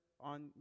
on